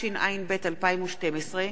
התשע"ב 2012,